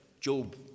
Job